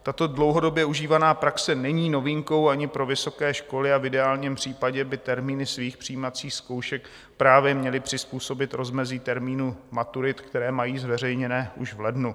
Tato dlouhodobě užívaná praxe není novinkou ani pro vysoké školy a v ideálním případě by termíny svých přijímacích zkoušek měly přizpůsobit právě rozmezí termínů maturit, které mají zveřejněné už v lednu.